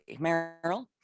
Meryl